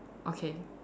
okay